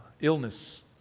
illness